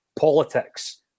Politics